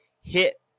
hit